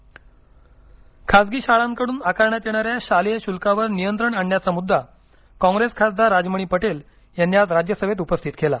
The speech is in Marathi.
शाळा फी खासगी शाळांकडून आकारण्यात येणाऱ्या शालेय शुल्कावर नियंत्रण आणण्याचा मुद्दा काँग्रेस खासदार राजमणी पटेल यांनी आज राज्यसभेत उपस्थित केला